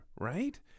Right